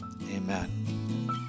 Amen